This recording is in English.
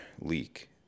leak